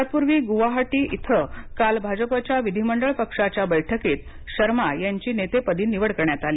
तत्पूर्वी ग्रवाहाटी इथं काल भाजपच्या विधीमंडळ पक्षाच्या बैठकीत त्यांची नेतेपदी निवड करण्यात आली